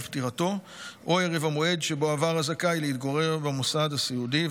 פטירתו או ערב המועד שבו עבר הזכאי להתגורר במוסד הסיעודי,